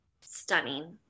stunning